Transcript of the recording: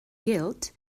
guilt